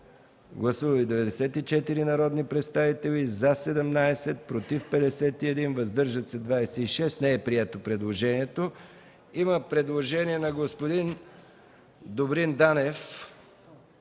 Гласували 94 народни представители: за 17, против 51, въздържали се 26. Не е прието предложението. Има редакционно предложение на господин Добрин Данев